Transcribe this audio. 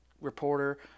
reporter